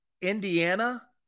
Indiana